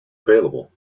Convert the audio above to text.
available